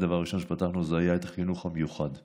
הדבר הראשון שפתחנו היה החינוך המיוחד כולו,